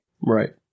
Right